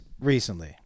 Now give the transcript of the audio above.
recently